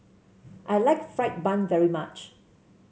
I like fried bun very much